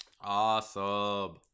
awesome